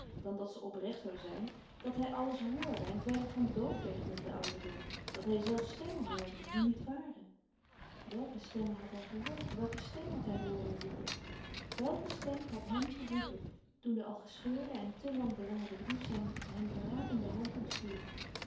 dan dat ze oprecht zoû zijn dat hij alles hoorde en verre van doof werd met den ouderdom dat hij zelfs stemmen hoorde die niet waren welke stemmen had hij gehoord welke stem had hij hooren roepen welke louis couperus van oude menschen de dingen die voorbij gaan stem had hem geroepen toen de al gescheurde en te lang bewaarde brief zijn hem verradende hand ontviel